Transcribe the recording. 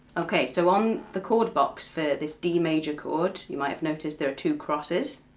okay, so on the chord box for this d major chord, you might have noticed there are two crosses.